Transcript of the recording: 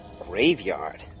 Graveyard